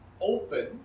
open